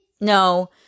No